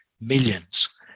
millions